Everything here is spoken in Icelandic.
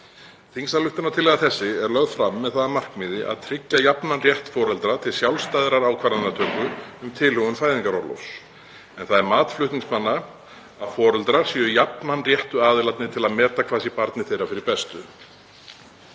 Þingsályktunartillaga þessi er lögð fram með það að markmiði að tryggja jafnan rétt foreldra til sjálfstæðrar ákvörðunartöku um tilhögun fæðingarorlofs, en það er mat flutningsmanna að foreldrar séu jafnan réttu aðilarnir til að meta hvað sé barni þeirra fyrir bestu.